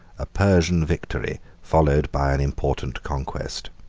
a persian victory followed by an important conquest.